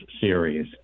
series